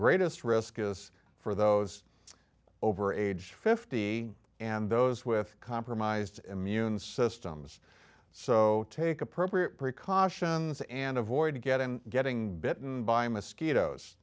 greatest risk is for those over age fifty and those with compromised immune systems so take appropriate precautions and avoid getting getting bitten by mosquitoes